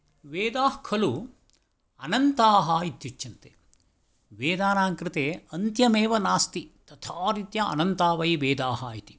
वेदाः खलु अनन्ताः इत्युच्यन्ते वेदानां कृते अन्त्यमेव नास्ति तथा रीत्या अनन्ता वै वेदाः इति